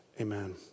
amen